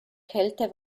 kälte